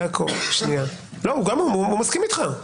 יעקב, הוא מסכים איתך.